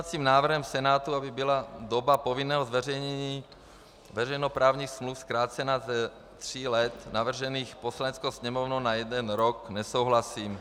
S pozměňovacím návrhem Senátu, aby byla doba povinného zveřejnění veřejnoprávních smluv zkrácena z tří let, navržených Poslaneckou sněmovnou, na jeden rok, nesouhlasím.